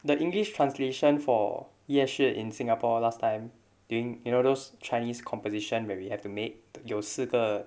the english translation for 夜市 in singapore last time during you know those chinese composition where we have to make 有四个